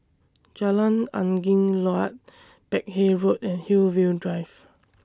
Jalan Angin Laut Peck Hay Road and Hillview Drive